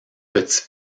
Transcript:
petit